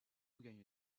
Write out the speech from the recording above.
gagne